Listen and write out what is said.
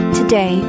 today